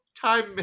time